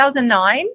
2009